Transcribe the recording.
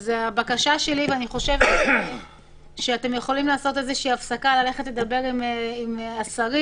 אני חושבת שאתם יכולים ללכת לדבר עם השרים